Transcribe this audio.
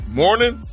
morning